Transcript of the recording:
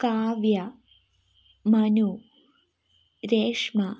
Kavya Manu Reshma